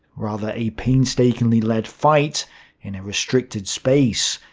rather a painstakingly led fight in a restricted space.